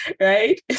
right